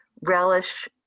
relish